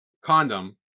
Condom